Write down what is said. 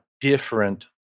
different